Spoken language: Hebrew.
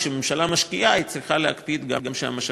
כשממשלה משקיעה היא צריכה גם להקפיד שהמשאבים